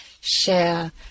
share